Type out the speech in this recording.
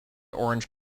orange